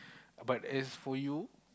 but as for you